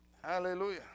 Hallelujah